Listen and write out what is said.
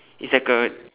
it's like a